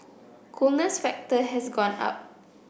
coolness factor has gone up